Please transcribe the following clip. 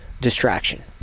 distraction